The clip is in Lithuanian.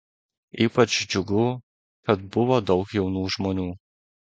ypač džiugų kad buvo daug jaunų žmonių